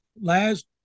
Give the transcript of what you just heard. last